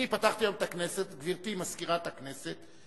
אני פתחתי היום את הכנסת, גברתי מזכירת הכנסת.